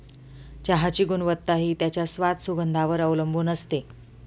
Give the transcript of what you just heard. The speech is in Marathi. चहाची गुणवत्ता हि त्याच्या स्वाद, सुगंधावर वर अवलंबुन असते